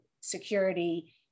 security